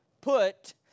put